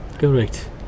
Correct